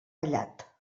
vallat